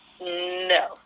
No